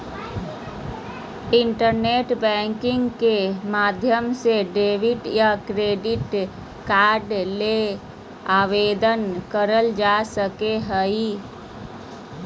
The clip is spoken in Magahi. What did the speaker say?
इंटरनेट बैंकिंग के माध्यम से डेबिट या क्रेडिट कार्ड ले आवेदन करल जा सको हय